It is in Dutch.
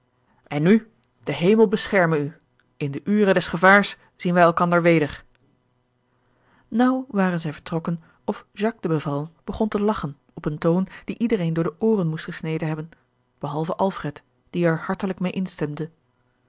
en nu de hemel bescherme u in de ure des gevaars zien wij elkander weder naauw waren zij vertrokken of jacques de beval begon te lagchen op een toon die iedereen door de ooren moest gesneden hebben behalve alfred die er hartelijk mede instemde